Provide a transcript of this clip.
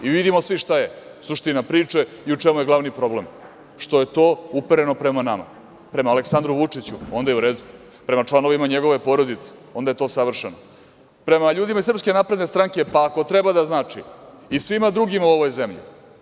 Svi vidimo šta je suština priče i u čemu je glavni problem - što je to upereno prema nama, prema Aleksandru Vučiću, onda je u redu, prema članovima njegove porodice, onda je to savršeno, prema ljudima iz SNS, pa, ako treba da znači, i svima drugima u ovoj zemlji.